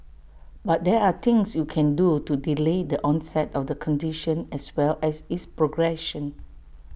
but there are things you can do to delay the onset of the condition as well as its progression